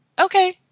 Okay